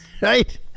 Right